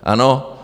Ano?